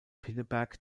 pinneberg